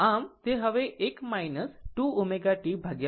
આમ તે અહીં 1 2 ω t 2